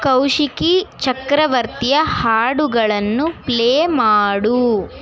ಕೌಷಿಕಿ ಚಕ್ರವರ್ತಿಯ ಹಾಡುಗಳನ್ನು ಪ್ಲೇ ಮಾಡು